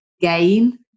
gain